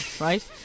right